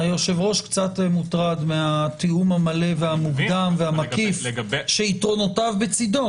היושב-ראש קצת מוטרד מהתיאום המלא והמוקדם והמקיף שיתרונותיו בצידו.